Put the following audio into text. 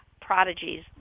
prodigies